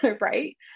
right